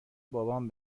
بابام